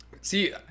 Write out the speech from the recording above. See